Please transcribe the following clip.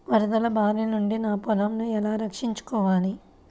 వరదల భారి నుండి నా పొలంను ఎలా రక్షించుకోవాలి?